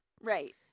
Right